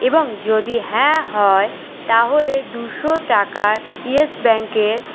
এবং যদি হ্যাঁ হয় তাহলে দুশো টাকার ইয়েস ব্যাংকের